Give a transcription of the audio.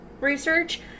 research